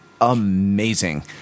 amazing